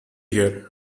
here